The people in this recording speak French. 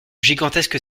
gigantesque